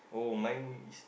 oh mine is